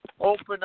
open